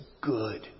good